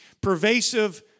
pervasive